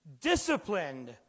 disciplined